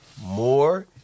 more